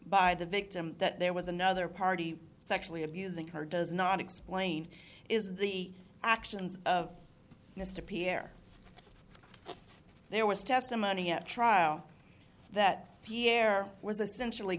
by the victim that there was another party sexually abusing her does not explain is the actions of mr pierre there was testimony at trial that pierre was essential